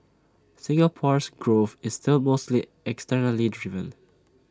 Singapore's growth is still mostly externally driven